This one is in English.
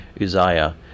Uzziah